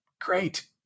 great